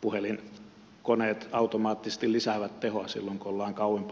puhelinkoneet automaattisesti lisäävät tehoa silloin kun ollaan kauempana mastosta